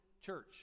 church